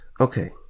Okay